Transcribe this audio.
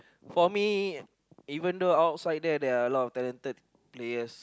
for me even though outside there there are a lot of talented players